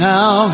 Now